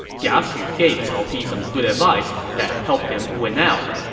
jia xu gave cao pi some good advice that helped him win out.